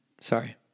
Sorry